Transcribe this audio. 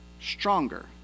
stronger